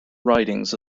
writings